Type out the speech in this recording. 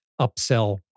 upsell